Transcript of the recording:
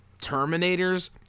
Terminators